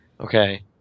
okay